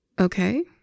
Okay